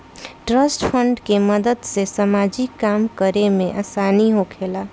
trust fund के मदद से सामाजिक काम करे में आसानी होखेला